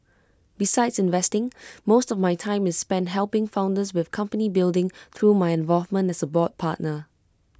besides investing most of my time is spent helping founders with company building through my involvement as A board partner